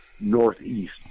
Northeast